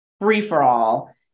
free-for-all